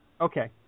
Okay